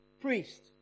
priest